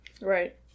Right